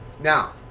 Now